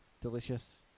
delicious